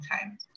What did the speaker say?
time